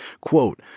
Quote